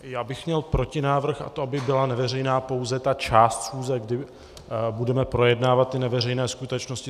Já bych měl protinávrh, a to, aby byla neveřejná pouze ta část schůze, kdy budeme projednávat ty neveřejné skutečnosti.